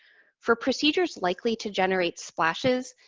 for procedures likely to generate splashes,